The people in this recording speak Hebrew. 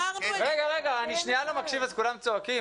שנייה אני לא מקשיב אז כולם צועקים?